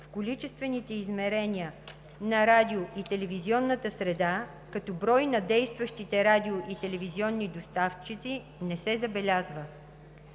в количествените измерения на радио- и телевизионната среда като брой на действащите радио- и телевизионни доставчици не се забелязва.